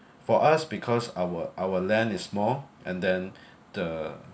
for us because our our land is small and then the